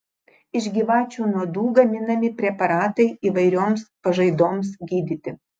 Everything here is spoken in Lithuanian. iš gyvačių nuodų gaminami preparatai įvairioms pažaidoms gydyti